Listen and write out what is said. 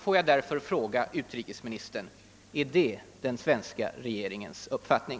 Får jag därför fråga utrikesministern: Är det den svenska regeringens uppfattning?